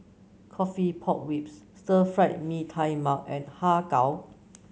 coffee Pork Ribs Stir Fried Mee Tai Mak and Har Kow